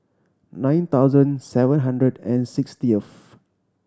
nine thousand seven hundred and sixtieth